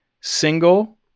single